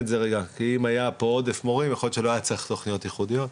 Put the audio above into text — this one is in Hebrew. כי אם היה פה עודף של מורים יכול להיות שלא היה צורך בתכניות ייחודיות.